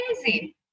crazy